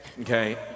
Okay